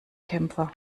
kämpfer